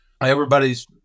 everybody's